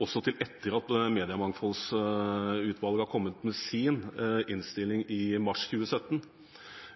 også til etter at mediemangfoldsutvalget har kommet med sin innstilling i mars 2017.